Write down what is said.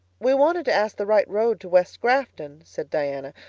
we wanted to ask the right road to west grafton, said diana.